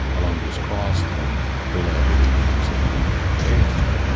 along with cost and reliability and so on very interesting.